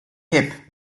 hip